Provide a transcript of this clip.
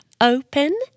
Open